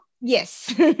Yes